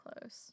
close